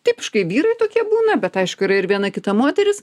tipiškai vyrai tokie būna bet aišku yra ir viena kita moteris